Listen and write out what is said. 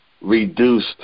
reduced